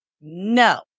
No